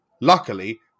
Luckily